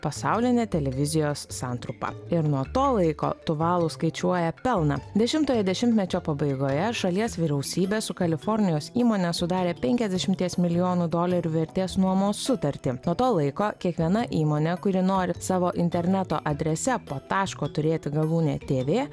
pasaulinė televizijos santrumpa ir nuo to laiko tuvalu skaičiuoja pelną dešimtojo dešimtmečio pabaigoje šalies vyriausybė su kalifornijos įmone sudarė penkiasdešimties milijonų dolerių vertės nuomos sutartį nuo to laiko kiekviena įmonė kuri nori savo interneto adrese po taško turėti galūnę tv